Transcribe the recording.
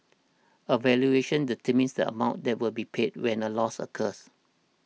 a valuation determines amount that will be paid when a loss occurs